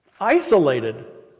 isolated